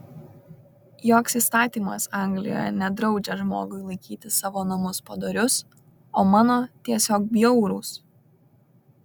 joks įstatymas anglijoje nedraudžia žmogui laikyti savo namus padorius o mano tiesiog bjaurūs